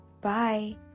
bye